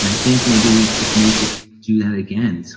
and i think maybe we just need to do that again is